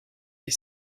est